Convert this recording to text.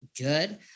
good